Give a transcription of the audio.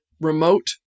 remote